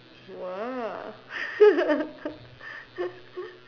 !wah!